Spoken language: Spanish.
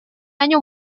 año